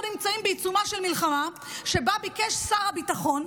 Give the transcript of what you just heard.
אנחנו נמצאים בעיצומה של מלחמה שבה ביקש שר הביטחון,